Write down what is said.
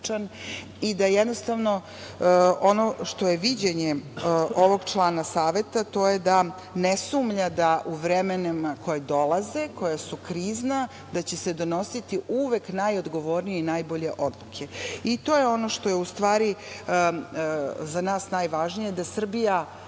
i da ono što je viđenje ovog člana saveta, to je da ne sumnja da u vremenima koja dolaze, koja su krizna da će se donositi uvek najodgovornije i najbolje odluke. To je ono što je za nas najvažnije, da Srbija